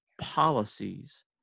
policies